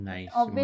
Nice